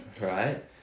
Right